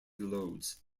loads